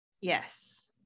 yes